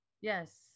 Yes